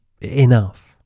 enough